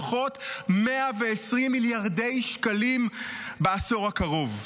לפחות 120 מיליארד שקלים בעשור הקרוב.